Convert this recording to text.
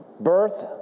Birth